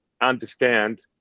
understand